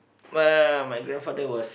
uh my grandfather was